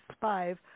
five